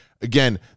again